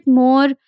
more